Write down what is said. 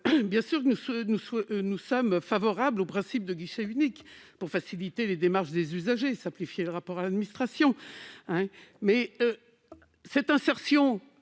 bien entendu favorables au principe du guichet unique pour faciliter les démarches des usagers et simplifier le rapport à l'administration. Mais l'insertion